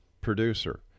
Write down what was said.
producer